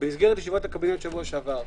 במסגרת ישיבת הקבינט שבוע שעבר,